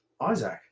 isaac